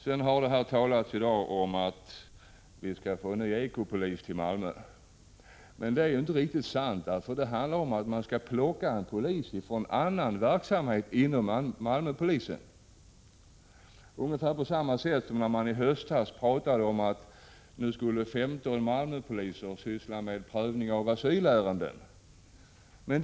Det har talats i dag om att vi skall få en ny ekopolis till Malmö, men det är inte riktigt sant. Vad det handlar om är att plocka en polis från annan verksamhet inom Malmöpolisen. På samma sätt var det när man i höstas pratade om att 15 Malmöpoliser skulle syssla med prövning av asylärenden.